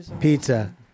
Pizza